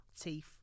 teeth